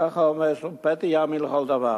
ככה אומרים: פתי יאמין לכל דבר.